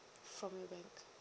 from bank